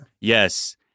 Yes